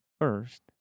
first